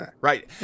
right